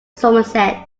somerset